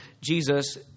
Jesus